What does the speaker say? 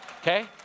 Okay